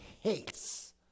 hates